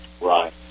right